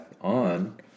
on